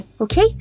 Okay